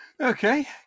Okay